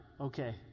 okay